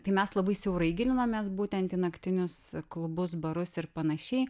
tai mes labai siaurai gilinomės būtent į naktinius klubus barus ir panašiai